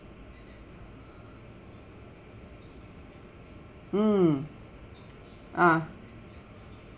mm ah